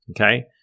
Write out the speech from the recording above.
Okay